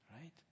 right